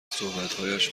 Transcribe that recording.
صحبتهایش